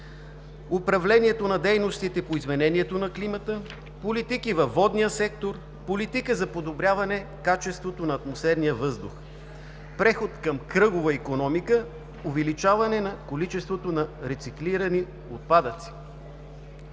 управлението на дейностите по изменението на климата, политики във водния сектор, Политика за подобряване качеството на атмосферния въздух, преход към кръгова икономика, увеличаване на количеството на рециклирани отпадъци.